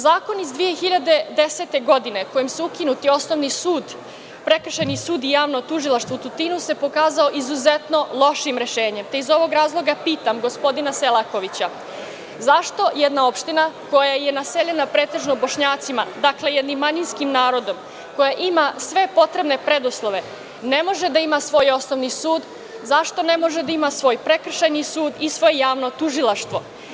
Zakon iz 2010. godine, kojim su ukinuti Osnovni sud, Prekršajni sud i Javno tužilaštvo, u Tutinu se pokazao izuzetno lošim rešenjem, te iz ovog razloga pitam gospodina Selakovića – zašto jedna opština koja je naseljena pretežno Bošnjacima, dakle jednim manjinskim narodom, koja ima sve potrebne preduslove, ne može da ima svoj osnovni sud, zašto ne može da ima svoj prekršajni sud i svoje javno tužilaštvo?